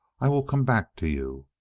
i will come back to you